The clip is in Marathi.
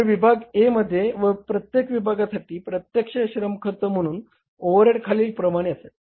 तर विभाग A मध्ये व प्रत्येक विभागासाठी प्रत्यक्ष श्रम खर्च म्हणून ओव्हरहेड खालील प्रमाणे असेल